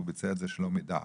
הוא ביצע את זה שלא מדעת,